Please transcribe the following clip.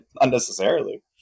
unnecessarily